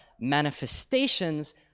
manifestations